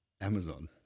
Amazon